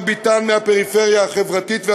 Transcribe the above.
מרביתן מהפריפריה החברתית והגיאוגרפית,